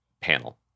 panel